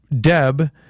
Deb